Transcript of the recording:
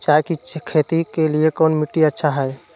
चाय की खेती के लिए कौन मिट्टी अच्छा हाय?